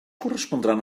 correspondran